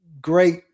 great